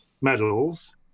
medals